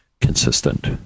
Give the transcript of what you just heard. consistent